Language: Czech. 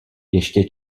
ještě